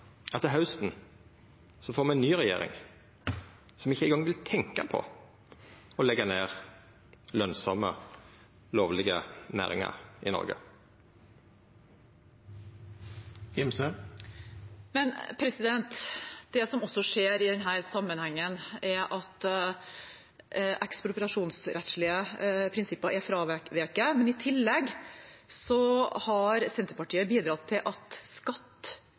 at me til hausten får ei ny regjering, som ikkje eingong vil tenkja på å leggja ned lønsame, lovlege næringar i Noreg. Det som også skjer i denne sammenhengen – i tillegg til at ekspropriasjonsrettslige prinsipper er fraveket – er at Senterpartiet har bidratt til at skatt